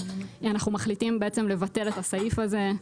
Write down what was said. אנחנו מחליטים בעצם לבטל את הסעיף הזה.